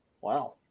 Wow